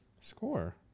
Score